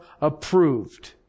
approved